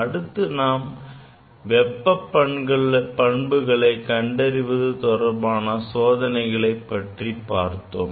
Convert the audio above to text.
அடுத்து நான் வெப்ப பண்புகளை கண்டறிவது தொடர்பான சோதனைகளை பற்றி பார்த்தோம்